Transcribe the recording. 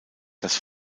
das